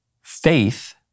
faith